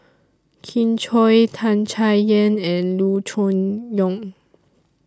Kin Chui Tan Chay Yan and Loo Choon Yong